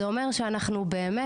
זה אומר שאנחנו באמת,